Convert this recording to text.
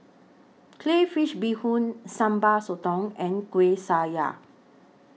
Crayfish Beehoon Sambal Sotong and Kueh Syara